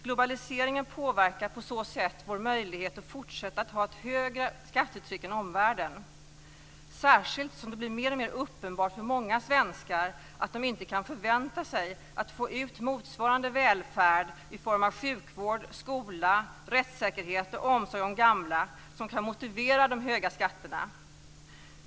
Globaliseringen påverkar på så sätt vår möjlighet att fortsätta att ha ett högre tryck än omvärlden, särskilt som det blir mer och mer uppenbart för många svenskar att de inte kan förvänta sig att få ut motsvarande välfärd i form av sjukvård, skola rättssäkerhet, omsorg om gamla som kan motivera de höga skatterna.